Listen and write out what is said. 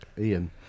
Ian